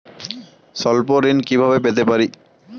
স্বল্প ঋণ কিভাবে পেতে পারি?